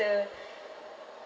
the